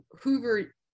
Hoover